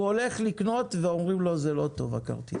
והוא הולך לקנות, ואומרים לו, זה לא טוב הכרטיס.